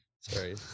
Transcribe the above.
sorry